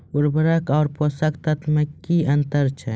उर्वरक आर पोसक तत्व मे की अन्तर छै?